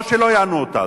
או שלא יענו אותה.